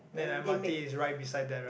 then the m_r_t is right beside there right